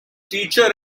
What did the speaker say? teacher